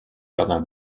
jardin